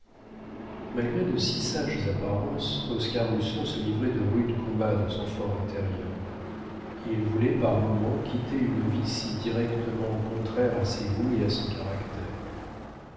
malgré de si sages apparences oscar husson se livrait de rudes combats dans son for intérieur il voulait par moments quitter une vie si directement contraire à ses goûts et à son caractère